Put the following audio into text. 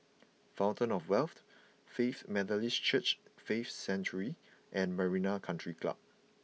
Fountain of Wealth Faith Methodist Church Faith Sanctuary and Marina Country Club